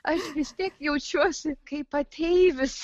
aš vis tiek jaučiuosi kaip ateivis